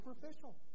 superficial